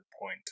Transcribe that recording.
point